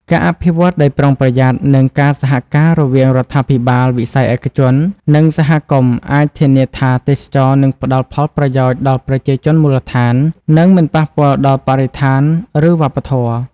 ការអភិវឌ្ឍដោយប្រុងប្រយ័ត្ន និងការសហការរវាងរដ្ឋាភិបាល វិស័យឯកជន និងសហគមន៍អាចធានាថាទេសចរណ៍នឹងផ្ដល់ផលប្រយោជន៍ដល់ប្រជាជនមូលដ្ឋាន និងមិនប៉ះពាល់ដល់បរិស្ថាន ឬវប្បធម៌។